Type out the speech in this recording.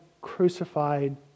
crucified